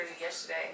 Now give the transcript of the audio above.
yesterday